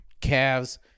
Calves